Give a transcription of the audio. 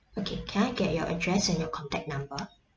okay can I get your address and your contact number